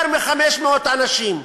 יותר מ-500 אנשים.